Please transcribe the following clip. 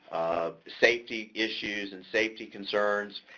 safety issues and safety concerns,